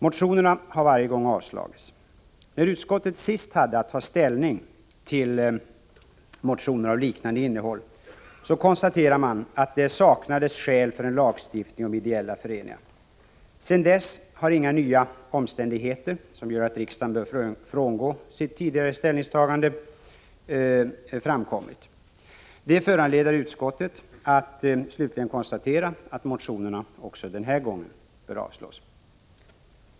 Motionerna har varje gång avslagits. När utskottet sist hade att ta ställning till motioner av liknande innehåll, så konstaterade man att det saknades skäl för en lagstiftning om ideella föreningar. Sedan dess har inga nya omständigheter som gör att riksdagen bör frångå sitt tidigare ställningstagande framkommit. Detta föranleder utskottet att slutligen konstatera att motionerna också den här gången bör avslås.